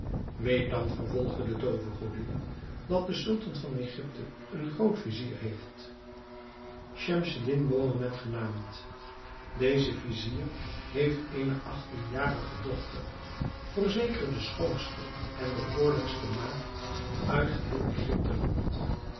weet dan vervolgde de toovergodin dat de sultan van egypte een groot-vizier heeft schemseddin mohammed genaamd deze vizier heeft eene achttienjarige dochter voorzeker de schoonste en bekoorlijkste maagd uit geheel egypteland